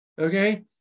okay